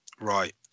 Right